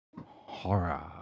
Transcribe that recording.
horror